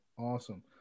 Awesome